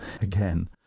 again